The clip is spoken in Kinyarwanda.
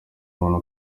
umuntu